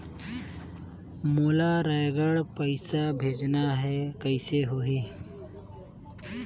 मोला रायगढ़ पइसा भेजना हैं, कइसे होही?